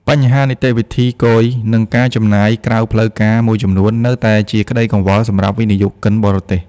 បញ្ហានីតិវិធីគយ និងការចំណាយក្រៅផ្លូវការមួយចំនួន នៅតែជាក្ដីកង្វល់សម្រាប់វិនិយោគិនបរទេស។